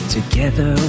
Together